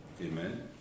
amen